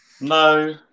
No